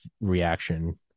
reaction